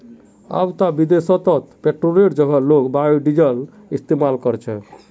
अब ते विदेशत पेट्रोलेर जगह लोग बायोडीजल इस्तमाल कर छेक